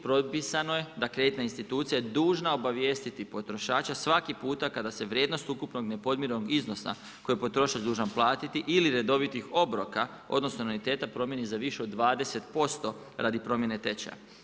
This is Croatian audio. Propisano je da kreditna institucija dužna je obavijestiti potrošača svaki puta kada se vrijednost ukupnog nepodmirenog iznosa koji je potrošač dužan platiti ili redovitih obroka, odnosno anuiteta promijeni za više od 20% radi promjene tečaja.